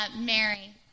Mary